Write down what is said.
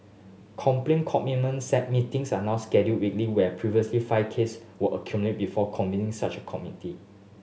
complaint meetings are now scheduled weekly where previously five case were accumulated before convening such a committee